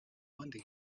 wonder